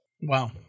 wow